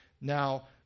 now